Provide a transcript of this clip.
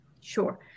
Sure